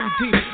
deep